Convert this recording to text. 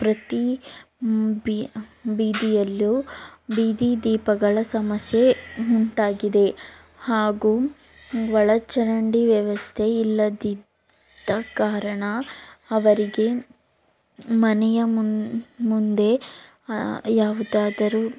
ಪ್ರತಿ ಬೀದಿಯಲ್ಲೂ ಬೀದಿ ದೀಪಗಳ ಸಮಸ್ಯೆ ಉಂಟಾಗಿದೆ ಹಾಗೂ ಒಳಚರಂಡಿ ವ್ಯವಸ್ಥೆ ಇಲ್ಲದಿದ್ದ ಕಾರಣ ಅವರಿಗೆ ಮನೆಯ ಮುಂದೆ ಯಾವುದಾದರೂ